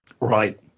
Right